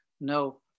no